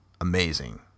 Amazing